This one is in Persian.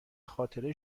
خاطره